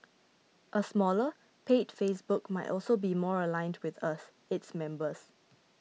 a smaller paid Facebook might also be more aligned with us its members